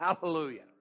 Hallelujah